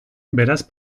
beraz